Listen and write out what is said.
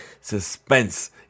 suspense